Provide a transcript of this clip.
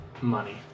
Money